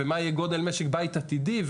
ומה יהיה גודל משק בית עתידי,